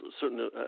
certain